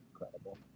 incredible